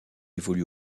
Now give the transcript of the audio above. évolue